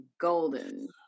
golden